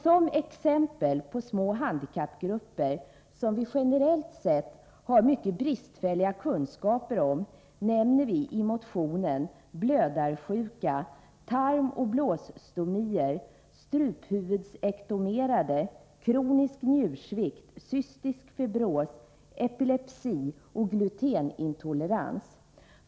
Som exempel på handikappgrupper som vi generellt sett har mycket bristfälliga kunskaper om nämner vi i motionen handikappade med blödarsjuka och med tarmoch blåsstomier, struphuvudsektomerade samt handikappade som lider av kronisk njursvikt, cystisk fibros, epilepsi och glutenintolerans.